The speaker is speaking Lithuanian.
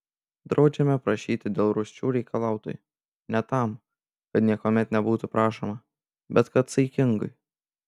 draudžiame prašyti dėl rūsčių reikalautojų ne tam kad niekuomet nebūtų prašoma bet kad saikingai